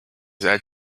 that